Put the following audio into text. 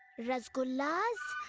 rasagollas